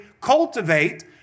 cultivate